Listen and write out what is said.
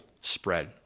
spread